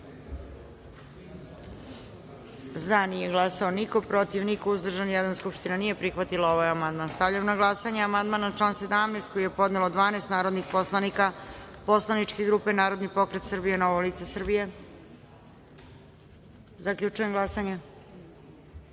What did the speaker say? glasanje: za – niko, protiv – niko, uzdržan – jedan. Skupština nije prihvatila amandman. Stavljam na glasanje amandman na član 9. koji je podnelo 12 narodnih poslanika poslaničke grupe Narodni pokret Srbije – Novo lice Srbije. Zaključujem glasanje: